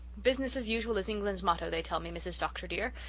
business as usual is england's motto, they tell me, mrs. dr. dear,